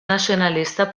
nacionalista